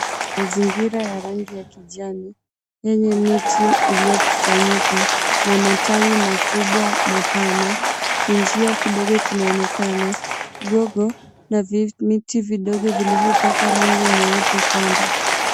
Mazingira ya rangi ya kijani yenye miti iliyokusanyika na matawi makubwa mapana. Kinjia kidogo kinaonekana, gogo na vimiti vidogo vilivyopakwa rangi nyeupe kando.